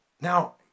Now